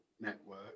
network